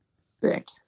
Sick